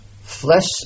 flesh